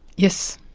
yes.